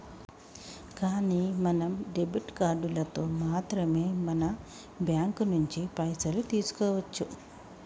కానీ మనం డెబిట్ కార్డులతో మాత్రమే మన బ్యాంకు నుంచి పైసలు తీసుకోవచ్చు